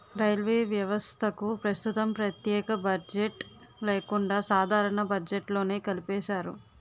railway వ్యవస్థకు ప్రస్తుతం ప్రత్యేక బడ్జెట్ లేకుండా సాధారణ బడ్జెట్లోనే కలిపేశారు